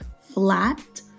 flat